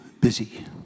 busy